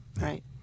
Right